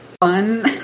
fun